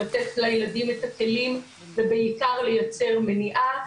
לתת לילדים את הכלים ובעיקר לייצר מניעה,